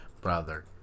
brother